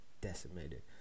decimated